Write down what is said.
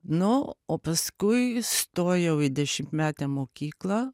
nu o paskui įstojau į dešimtmetę mokyklą